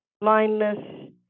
blindness